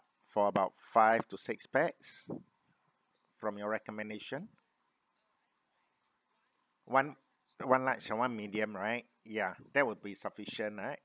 for about five to six pax from your recommendation one one large and one medium right yeah that would be sufficient right